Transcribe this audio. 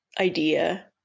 idea